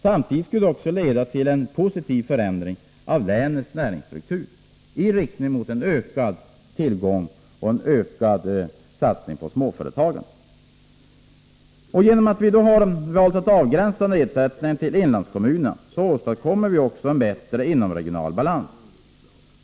Samtidigt skulle det leda till en positiv förändring av länets näringsstruktur. Genom att avgränsa nedsättningen till inlandskommunerna åstadkommer vi en bättre inomregional balans.